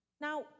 Now